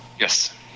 Yes